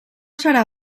serà